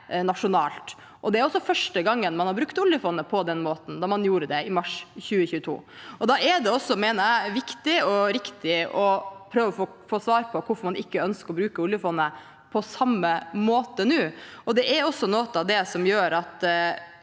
Det er også første gang man har brukt oljefondet på den måten som man gjorde i mars 2022. Da er det også, mener jeg, viktig og riktig å prøve å få svar på hvorfor man ikke ønsker å bruke oljefondet på samme måte nå. Det er også noe av det som gjør at